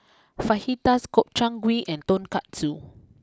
Fajitas Gobchang Gui and Tonkatsu